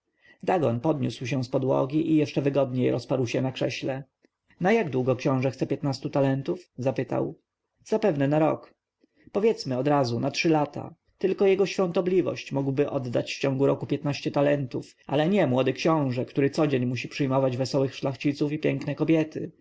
dagon podniósł się z podłogi i jeszcze wygodniej rozparł się na krześle na jak długo książę chce piętnastu talentów zapytał zapewne na rok powiedzmy odrazu na trzy lata tylko jego świątobliwość mógłby oddać w ciągu roku piętnaście talentów ale nie młody książę który codzień musi przyjmować wesołych szlachciców i piękne kobiety